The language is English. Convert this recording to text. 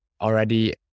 already